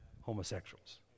homosexuals